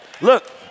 Look